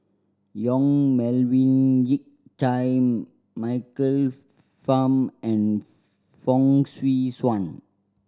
Yong Melvin Yik Chye Michael Fam and Fong Swee Suan